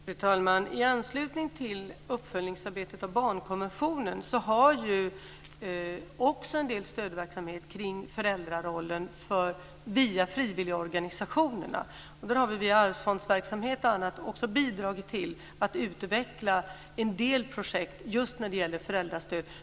Fru talman! I anslutning till uppföljningsarbetet kring barnkonventionen har vi en del stödverksamhet kring föräldrarollen via frivilligorganisationerna. Där har vi via bl.a. arvsfondsverksamhet bidragit till att utveckla en del projekt just när det gäller föräldrastöd.